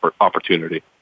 opportunity